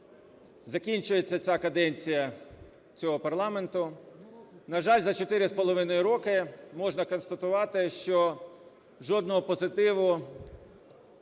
закінчується ця каденція цього парламенту. На жаль, за 4,5 роки можна констатувати, що жодного позитиву